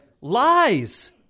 Lies